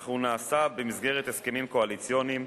אך הוא נעשה במסגרת הסכמים קואליציוניים,